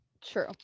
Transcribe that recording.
true